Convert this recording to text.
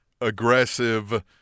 aggressive